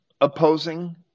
opposing